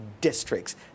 districts